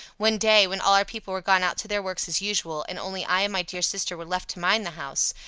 day, when all our people were gone out to their works as usual, and only i and my dear sister were left to mind the house,